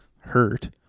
hurt